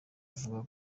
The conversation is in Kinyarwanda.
avuga